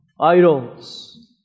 idols